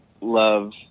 love